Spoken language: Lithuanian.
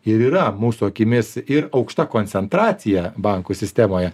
ir yra mūsų akimis ir aukšta koncentracija bankų sistemoje